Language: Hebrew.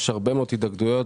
יש הרבה מאד התאגדויות,